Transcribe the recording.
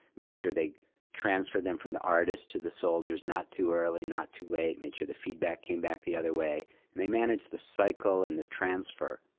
make sure they transfer them from the artist to the soldiers, not too early, not too late, make sure the feedback came back the other way, and they manage the cycle and the transfer,